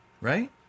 Right